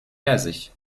persisch